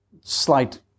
slight